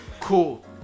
cool